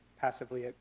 passively